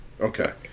Okay